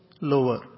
lower